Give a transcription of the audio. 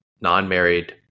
non-married